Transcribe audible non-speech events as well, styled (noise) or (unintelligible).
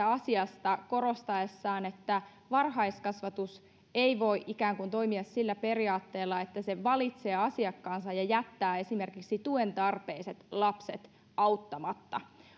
(unintelligible) asiasta korostaessaan että varhaiskasvatus ei voi toimia sillä periaatteella että se valitsee asiakkaansa ja jättää esimerkiksi tuen tarpeiset lapset auttamatta